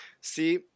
See